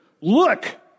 look